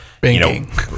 banking